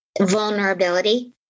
Vulnerability